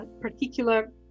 particular